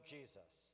Jesus